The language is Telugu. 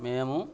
మేము